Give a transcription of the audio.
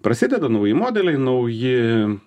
prasideda nauji modeliai nauji